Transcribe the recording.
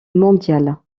mondial